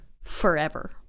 forever